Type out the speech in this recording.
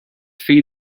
feed